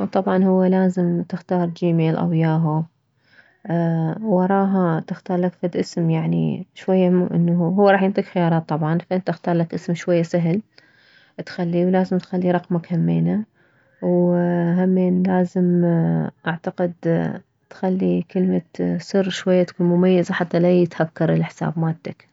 وطبعا هو لازم تختار جيميل او ياهو وراها تختارلك فد اسم يعني شوية مو انه هو راح ينطيك خيارات طبعا فأنت اختار لك اسم شوية سهل تخليه ولازم تخلي رقمك همينه وهمين لازم اعتقد تخلي كلمة سر شوية تكون مميزة حتى لا يتهكر الحساب مالتك